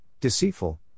deceitful